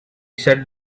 said